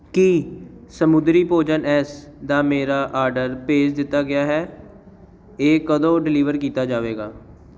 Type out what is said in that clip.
ਕੀ ਸਮੁੰਦਰੀ ਭੋਜਨ ਐਸ ਦਾ ਮੇਰਾ ਆਰਡਰ ਭੇਜ ਦਿੱਤਾ ਗਿਆ ਹੈ ਇਹ ਕਦੋਂ ਡਿਲੀਵਰ ਕੀਤਾ ਜਾਵੇਗਾ